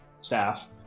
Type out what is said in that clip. staff